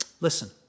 Listen